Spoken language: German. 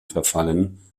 verfallen